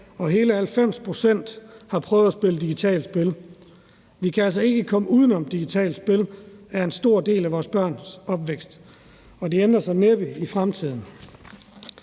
og hele 90 pct. har prøvet at spille digitale spil. Vi kan altså ikke komme uden om, at digitale spil er en stor del af vores børns opvækst. Det ændrer så næppe i fremtiden.